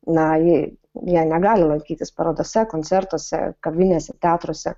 na jie jie negali lankytis parodose koncertuose kavinėse teatruose